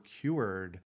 cured